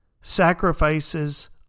sacrifices